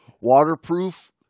Waterproof